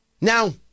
Now